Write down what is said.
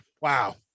Wow